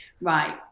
Right